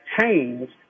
changed